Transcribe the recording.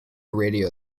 radio